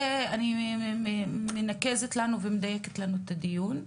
אני מנקזת לנו ומדייקת לנו את הדיון.